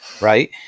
Right